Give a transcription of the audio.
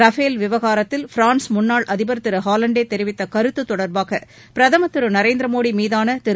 ர்பேல் விவகாரத்தில் பிரான்ஸ் முன்னாள் அதிபர் திரு ஹாலண்டேதெரிவித்தகருத்துதொடர்பாகபிரதமர் திரு நரேந்திரமோடிமீதானதிரு